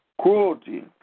cruelty